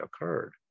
occurred